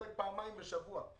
אולי פרט לפעמיים בשבוע.